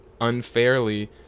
unfairly